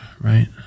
right